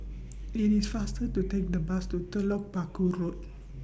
IT IS faster to Take The Bus to Telok Paku Road